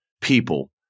people